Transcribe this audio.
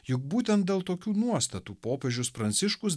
juk būtent dėl tokių nuostatų popiežius pranciškus